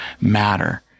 matter